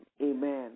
amen